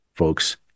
folks